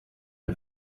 der